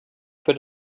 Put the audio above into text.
für